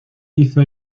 hizo